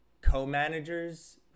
co-managers